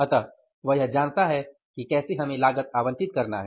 अतः वह यह जानता है कि कैसे हमें लागत आवंटित करना है